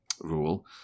rule